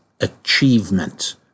achievement